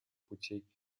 путей